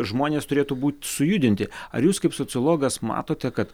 žmonės turėtų būti sujudinti ar jūs kaip sociologas matote kad